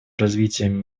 развитием